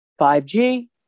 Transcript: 5G